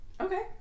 Okay